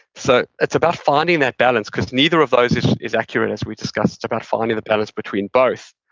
so, it's about finding that balance because neither of those is is accurate, as we discussed, about finding the balance between both,